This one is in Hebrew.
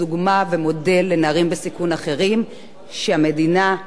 שהמדינה מקבלת אותם ומברכת אותם על השינוי הזה.